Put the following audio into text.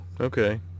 okay